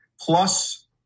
Plus